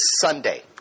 Sunday